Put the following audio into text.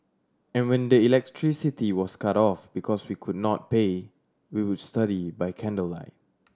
and when the electricity was cut off because we could not pay we would study by candlelight